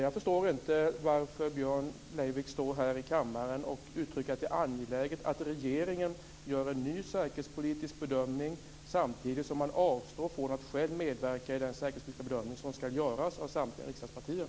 Jag förstår inte varför Björn Leivik står här i kammaren och uttrycker att det angeläget att regeringen gör en ny säkerhetspolitisk bedömning samtidigt som han avstår från att själv medverka i den säkerhetspolitiska bedömning som skall göras av samtliga riksdagspartier.